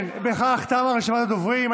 כן, בכך תמה רשימת הדוברים.